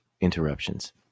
interruptions